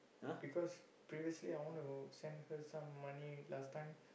because previously I want to send her some money last time